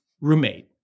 roommate